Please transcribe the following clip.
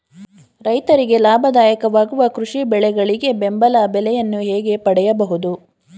ರೈತರಿಗೆ ಲಾಭದಾಯಕ ವಾಗುವ ಕೃಷಿ ಬೆಳೆಗಳಿಗೆ ಬೆಂಬಲ ಬೆಲೆಯನ್ನು ಹೇಗೆ ಪಡೆಯಬಹುದು?